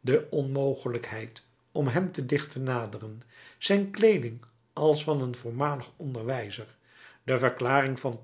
de onmogelijkheid om hem te dicht te naderen zijn kleeding als van een voormalig onderwijzer de verklaring van